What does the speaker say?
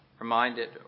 reminded